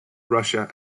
russia